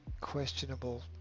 questionable